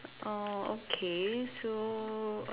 oh okay so